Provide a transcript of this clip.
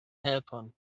helpon